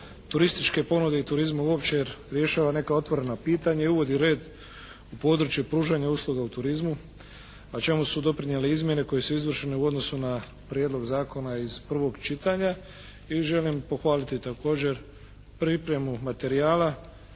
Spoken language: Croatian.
turističke ponude i turizma uopće jer rješava neka otvorena pitanja i uvodi red u područje pružanja usluga u turizmu, a čemu su doprinijele izmjene koje su izvršene u odnosu na Prijedlog zakona iz prvog čitanja. I želim pohvaliti također pripremu materijala